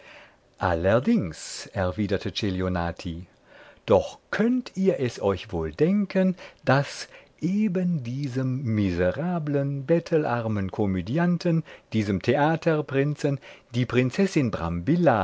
allerdings erwiderte celionati doch könnt ihr es euch wohl denken daß eben diesem miserablen bettelarmen komödianten diesem theaterprinzen die prinzessin